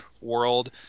world